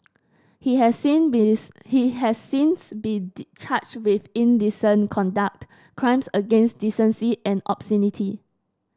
he has sin he has since been charged with indecent conduct crimes against decency and obscenity